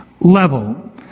level